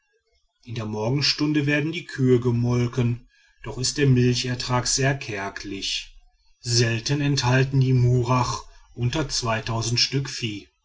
in der morgenstunde werden die kühe gemolken doch ist der milchertrag sehr kärglich selten enthalten die murach unter stück vieh